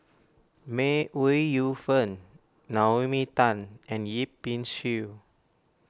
May Ooi Yu Fen Naomi Tan and Yip Pin Xiu